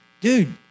Dude